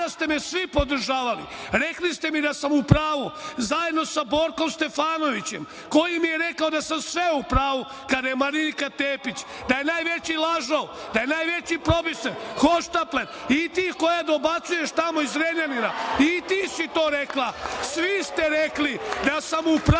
tada ste me svi podržavali. Rekli ste mi da sam u pravu zajedno sa Borkom Stefanovićem, koji mi je rekao da sam sve u pravu kada je Marinika Tepić da je najveći lažov, da je najveći probisvet, hoštapler. Ti koja dobacuješ tamo iz Zrenjanina i ti si to rekla, svi ste rekli da sam u pravu.